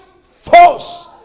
force